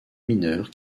mineur